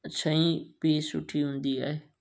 शइ बि सुठी हूंदी आहे